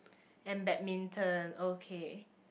and badminton okay